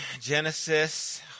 Genesis